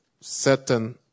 certain